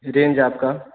range आपका